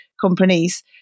companies